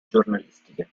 giornalistiche